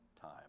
time